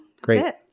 Great